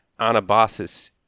Anabasis